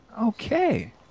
Okay